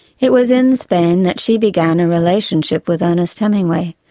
it was in spain that she began a relationship with ernest hemingway,